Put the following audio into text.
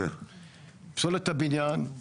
פסולת הבניין,